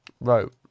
wrote